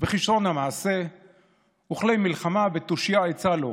וכישרון המעשה / וכלי מלחמה ותושייה עצה לו.